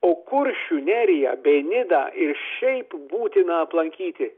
o kuršių neriją bei nidą ir šiaip būtina aplankyti